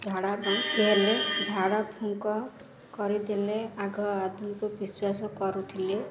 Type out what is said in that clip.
ଝାଡ଼ା ହେଲେ ଝାଡ଼ା ଫୁଙ୍କ କରିଦେଲେ ଆଗ ଆଦମିକୁ ବିଶ୍ୱାସ କରୁଥିଲେ